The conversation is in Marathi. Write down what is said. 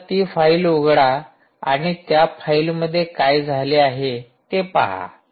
तर ती फाईल उघडा आणि त्या फाईल मध्ये काय झाले आहे ते पहा